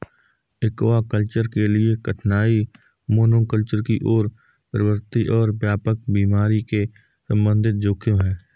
aquaculture के लिए कठिनाई मोनोकल्चर की ओर प्रवृत्ति और व्यापक बीमारी के संबंधित जोखिम है